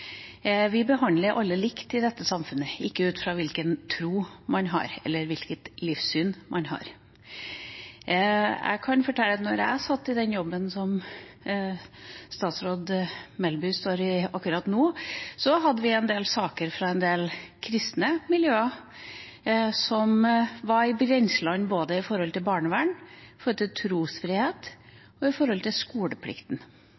Vi behandler alle likt i dette samfunnet, ikke ut fra hvilken tro eller hvilket livssyn man har. Jeg kan fortelle at da jeg satt i den jobben statsråd Melby står i akkurat nå, hadde vi en del saker fra en del kristne miljøer som var i grenseland både med hensyn til barnevern, med hensyn til